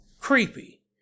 creepy